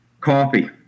Coffee